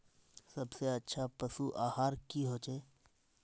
सबसे अच्छा पशु आहार की होचए?